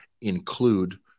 include